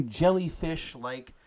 jellyfish-like